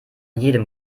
jedem